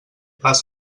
les